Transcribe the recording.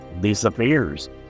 disappears